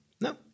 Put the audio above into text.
No